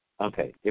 Okay